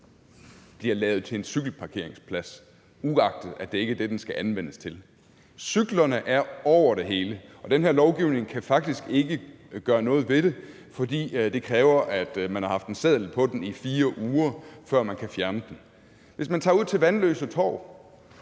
bliver lavet til en cykelparkeringsplads, uagtet at det ikke er det, den skal anvendes til. Cyklerne er over det hele, og den her lovgivning kan faktisk ikke gøre noget ved det, fordi det kræves, at der har været en seddel på cyklen i 4 uger, før man kan fjerne den. Hvis man tager ud til Vanløse Torv,